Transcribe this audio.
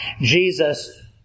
Jesus